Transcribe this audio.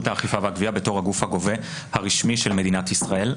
האכיפה והגבייה בתור הגוף הגובה הרשמי של מדינת ישראל.